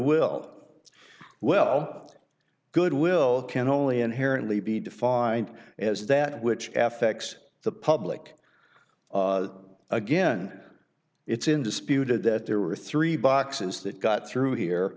goodwill well goodwill can only inherently be defined as that which f x the public again it's in disputed that there were three boxes that got through here